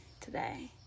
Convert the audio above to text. today